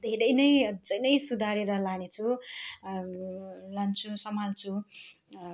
धेरै नै अझै नै सुधारेर लानेछु लान्छु सम्हाल्छु